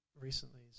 recently